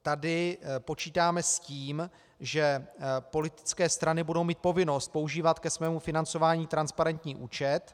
Tady počítáme s tím, že politické strany budou mít povinnost používat ke svému financování transparentní účet.